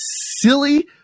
silly –